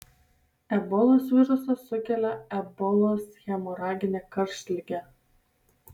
ebolos virusas sukelia ebolos hemoraginę karštligę